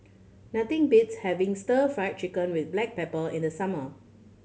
nothing beats having Stir Fry Chicken with black pepper in the summer